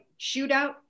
shootout